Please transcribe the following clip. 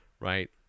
right